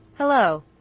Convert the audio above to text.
hello.